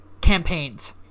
campaigns